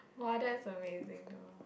!woah! that's amazing though